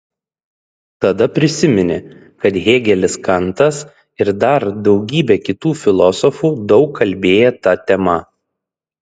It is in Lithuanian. tada prisiminė kad hėgelis kantas ir dar daugybė kitų filosofų daug kalbėję ta tema